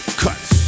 cuts